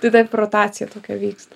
tai taip rotacija tokia vyksta